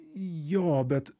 jo bet